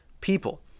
people